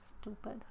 Stupid